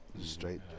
Straight